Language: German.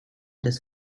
des